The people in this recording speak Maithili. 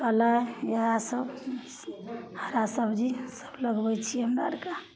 केलाइ इएहसब हरा सबजी लगबै छिए हमरा आओरके